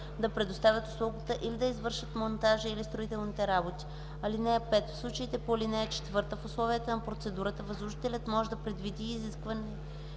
да предоставят услугата или да извършат монтажа или строителните работи. (5) В случаите по ал. 4 в условията на процедурата възложителят може да предвиди и изискване